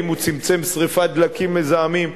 אם הוא צמצם שרפת דלקים מזהמים.